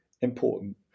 important